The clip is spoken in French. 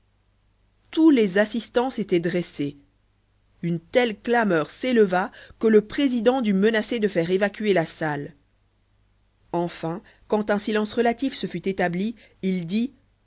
tous les assistants s'étaient dressés une telle clameur s'éleva que le président dut menacer de faire évacuer la salle enfin quand un silence relatif se fut établi il dit